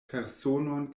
personon